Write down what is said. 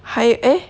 还 eh